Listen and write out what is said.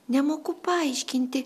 nemoku paaiškinti